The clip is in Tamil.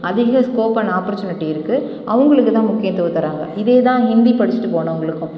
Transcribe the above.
அதிக ஸ்கோப் அண்ட் ஆப்பர்ச்சுனிட்டி இருக்குது அவங்களுக்கு தான் முக்கியத்துவம் தராங்க இதே தான் ஹிந்தி படிச்சுட்டு போனவர்களுக்கும்